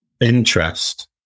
interest